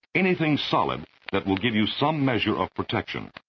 anything solid that will give you some measure of protection.